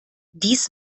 dies